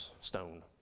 stone